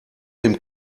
dem